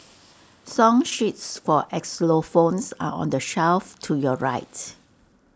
song sheets for xylophones are on the shelf to your right